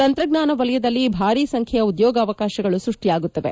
ತಂತ್ರಜ್ಞಾನ ವಲಯದಲ್ಲಿ ಭಾರೀ ಸಂಖ್ಯೆಯ ಉದ್ಯೋಗಾವಕಾಶಗಳು ಸೃಷ್ಟಿಯಾಗುತ್ತವೆ